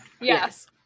Yes